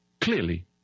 clearly